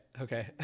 Okay